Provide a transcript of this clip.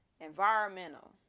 environmental